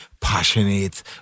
passionate